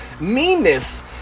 meanness